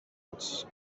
but